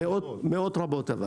מאות רבות.